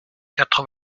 quatre